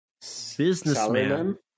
businessman